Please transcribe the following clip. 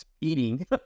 eating